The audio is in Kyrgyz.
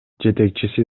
жетекчиси